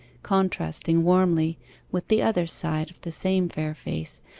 contrasting warmly with the other side of the same fair face,